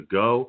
go